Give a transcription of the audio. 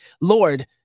Lord